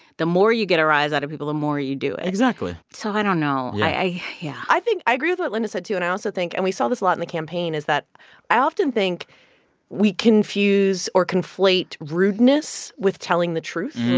the more you get a rise out of people, the more you do it exactly so i don't know. i i yeah i think i agree with what linda said too. and i also think and we saw this a lot in the campaign is that i often think we confuse or conflate rudeness with telling the truth